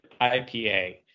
IPA